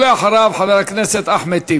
ואחריו, חבר הכנסת אחמד טיבי.